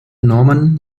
norman